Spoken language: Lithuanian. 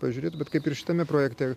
pažiūrėtų bet kaip ir šitame projekte